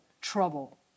trouble